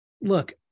look